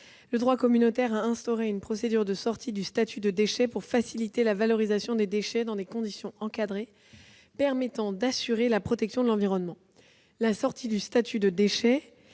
Le droit communautaire a instauré une procédure de sortie du statut de déchet pour faciliter la valorisation des déchets dans des conditions encadrées, permettant d'assurer la protection de l'environnement. La sortie du statut de déchet